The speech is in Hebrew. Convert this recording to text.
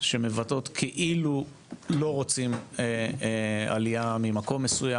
שמבטאות כאילו לא רוצים עלייה ממקום מסוים